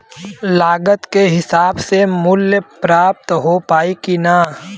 लागत के हिसाब से मूल्य प्राप्त हो पायी की ना?